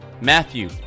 Matthew